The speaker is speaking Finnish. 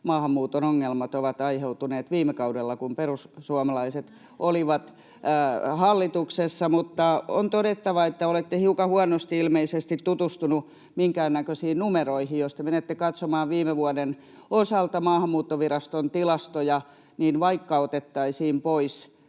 maahanmuuton ongelmat ovat aiheutuneet viime kaudella, kun perussuomalaiset olivat hallituksessa. [Anna Kontula: Näin en sanonut, en puhunut ongelmista mitään!] On todettava, että olette hiukan huonosti ilmeisesti tutustunut minkäännäköisiin numeroihin. Jos te menette katsomaan viime vuoden osalta Maahanmuuttoviraston tilastoja, niin vaikka ukrainalaiset